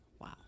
Wow